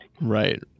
Right